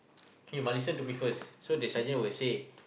you must listen to me first so the sergeant will say